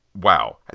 wow